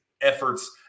efforts